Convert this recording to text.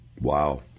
Wow